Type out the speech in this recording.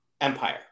empire